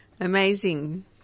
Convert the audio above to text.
Amazing